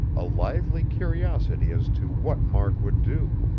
a lively curiosity as to what mark would do.